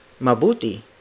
Mabuti